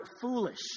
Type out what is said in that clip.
foolish